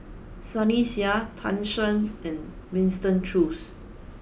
Sunny Sia Tan Shen and Winston Choos